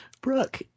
Brooke